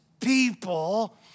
people